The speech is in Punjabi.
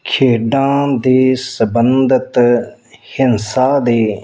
ਖੇਡਾਂ ਦੇ ਸਬੰਧਤ ਹਿੰਸਾ ਦੇ